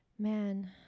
Man